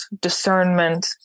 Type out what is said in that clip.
discernment